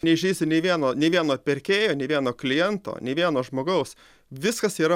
neįžeisiu nei vieno nei vieno pirkėjo nei vieno kliento nei vieno žmogaus viskas yra